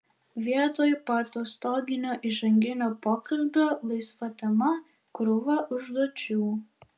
vietoj poatostoginio įžanginio pokalbio laisva tema krūva užduočių